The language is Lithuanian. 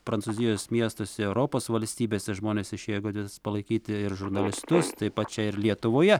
prancūzijos miestuose europos valstybėse žmonės išėjo į gatves palaikyti ir žurnalistus taip pat čia ir lietuvoje